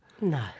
No